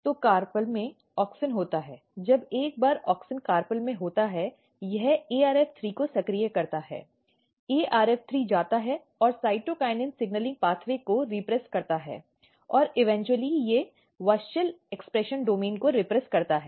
तो कार्पेल में ऑक्सिन होता है जब एक बार ऑक्सिन कार्पेल में होता है यह ARF3 को सक्रिय करता है ARF3 जाता है और साइटोकिनिन सिग्नलिंग मार्ग को रीप्रेस करता है और फलतः ये WUSCHEL अभिव्यक्ति डोमेन को रीप्रेस करता है